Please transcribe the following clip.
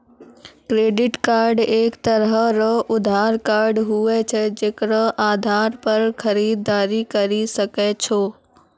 credit card एक तरह रो उधार कार्ड हुवै छै जेकरो आधार पर खरीददारी करि सकै छो